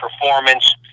performance